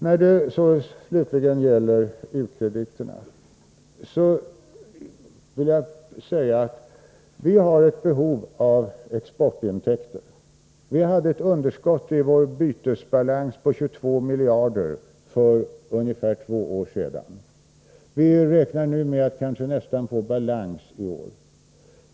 När det så slutligen gäller u-krediterna vill jag säga följande. Vi har ett behov av exportintäkter. Vi hade för ungefär två år sedan ett underskott i vår bytesbalans på 22 miljarder. Vi räknar nu med att i år nästan få balans.